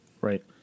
Right